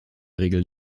regel